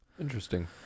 Interesting